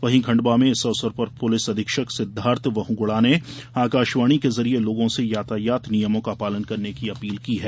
वहीं खण्डवा में इस अवसर पर पुलिस अधीक्षक सिद्धार्थ बहुगुणा ने आकाशवाणी के जरिये लोगों से यातायात नियमों का पालन करने की अपील की है